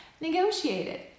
negotiated